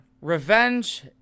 revenge